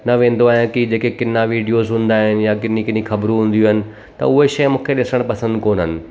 न वेंदो आहियां की जेके किना विडियोसि हूंदा आहिनि या किनी किनी ख़बरूं हूंदियूं आहिनि त उहे शइ मूंखे ॾिसणु पसंदि कोन्हनि